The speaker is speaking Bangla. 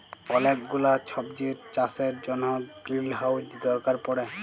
ওলেক গুলা সবজির চাষের জনহ গ্রিলহাউজ দরকার পড়ে